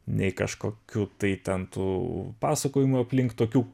nei kažkokių tai ten tų pasakojimų aplink tokių